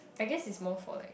I guess it's more for like